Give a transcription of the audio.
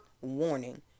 warning